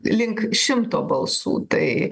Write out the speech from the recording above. link šimto balsų tai